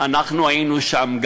אנחנו היינו שם.